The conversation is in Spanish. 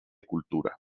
cultura